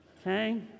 Okay